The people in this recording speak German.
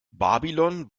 babylon